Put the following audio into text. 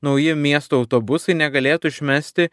nauji miesto autobusai negalėtų išmesti